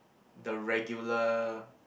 the regular